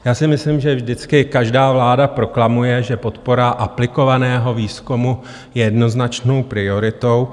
Já si myslím, že vždycky každá vláda proklamuje, že podpora aplikovaného výzkumu je jednoznačnou prioritou.